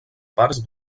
parts